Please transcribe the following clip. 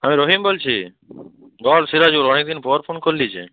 আমি রহিম বলছি বল সিরাজুল অনেক দিন পর ফোন করলি যে